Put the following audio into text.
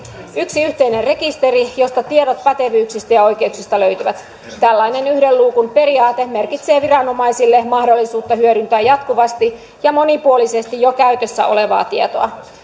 yksi yhteinen rekisteri josta tiedot pätevyyksistä ja oikeuksista löytyvät tällainen yhden luukun periaate merkitsee viranomaisille mahdollisuutta hyödyntää jatkuvasti ja monipuolisesti jo käytössä olevaa tietoa